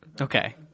Okay